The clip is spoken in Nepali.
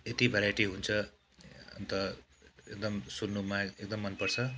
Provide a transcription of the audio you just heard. यति भेराइटी हुन्छ अन्त एकदम सुन्नुमा एकदम मनपर्छ